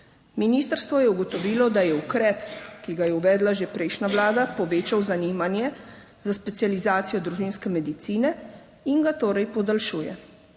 Ministrstvo je ugotovilo, da je ukrep, ki ga je uvedla že prejšnja vlada, povečal zanimanje za specializacijo družinske medicine in ga torej podaljšuje.